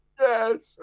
Yes